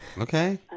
Okay